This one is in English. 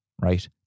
right